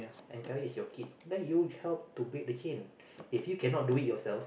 and encourage is your kid then you help to break the chain if you cannot do it yourself